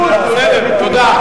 תודה.